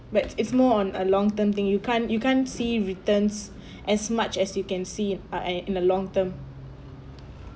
but it's more on a long term thing you can't you can't see returns as much as you can see it but and in a long term